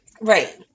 Right